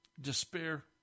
Despair